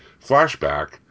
flashback